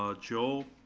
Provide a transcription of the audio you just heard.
ah joe